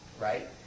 Right